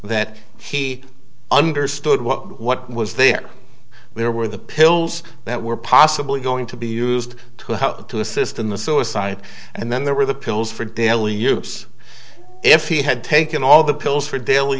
that he understood what what was there there were the pills that were possibly going to be used to assist in the suicide and then there were the pills for daily use if he had taken all the pills for daily